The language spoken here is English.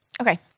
okay